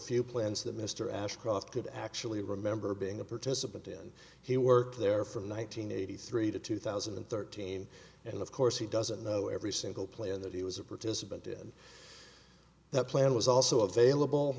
few plants that mr ashcroft could actually remember being a participant in he worked there from one nine hundred eighty three to two thousand and thirteen and of course he doesn't know every single plan that he was a participant in that plan was also available